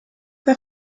the